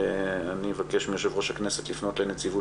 אני אבקש מיושב-ראש הכנסת לפנות לנציבות